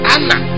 Anna